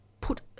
put